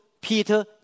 Peter